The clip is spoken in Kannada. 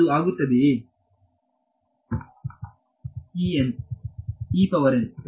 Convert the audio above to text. ವಿದ್ಯಾರ್ಥಿ E n